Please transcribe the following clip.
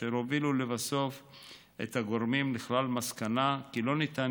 והן הובילו לבסוף את הגורמים לכלל מסקנה שלא ניתן